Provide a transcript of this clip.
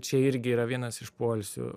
čia irgi yra vienas iš poilsių